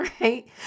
right